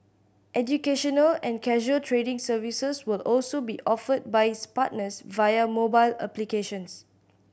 educational and casual trading services will also be offered by its partners via mobile applications